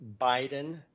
Biden